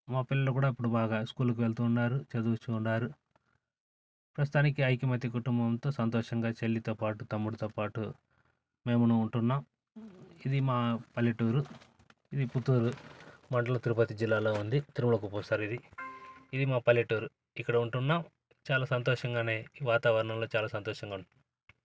మా పిల్లలు కూడా ఇప్పుడు బాగా స్కూల్కి వెళ్తున్నారు చదువుతున్నారు ప్రస్తుతానికి ఐకమత్య కుటుంబంతో సంతోషంగా చెల్లితోపాటు తమ్ముడితోపాటు మేము ఉంటున్నాం ఇది మా పల్లెటూరు ఈ పుత్తూరు మండలం తిరుపతి జిల్లాలో ఉంది తిరుమల కుప్పం సార్ ఇది ఇది మా పల్లెటూరు ఇక్కడ ఉంటున్నాం చాలా సంతోషంగానే ఈ వాతావరణంలో చాలా సంతోషంగా ఉంటున్నాం